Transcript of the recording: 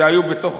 שהיו בתוך,